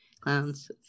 clowns